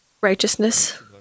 righteousness